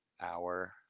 Hour